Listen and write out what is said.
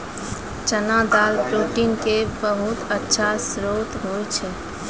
चना दाल प्रोटीन के बहुत अच्छा श्रोत होय छै